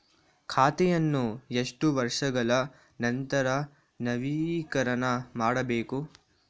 ಖಾತೆಯನ್ನು ಎಷ್ಟು ವರ್ಷಗಳ ನಂತರ ನವೀಕರಣ ಮಾಡಬೇಕು?